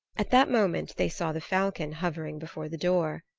at that moment they saw the falcon hovering before the door.